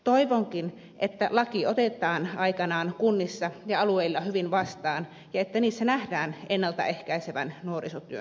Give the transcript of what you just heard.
toivonkin että laki otetaan aikanaan kunnissa ja alueilla hyvin vastaan ja että niissä nähdään ennalta ehkäisevän nuorisotyön mahdollisuudet